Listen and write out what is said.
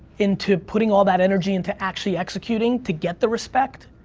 into putting all that energy into actually executing to get the respect,